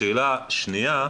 שאלה שנייה,